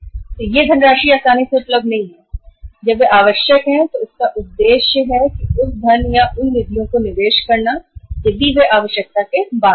अगर आवश्यकता के समय फंड उपलब्ध नहीं होते हैं तो उस धन या निवेश का उद्देश्य ही क्या कि यदि वे आवश्यकता समाप्त होने के बाद मिलते हैं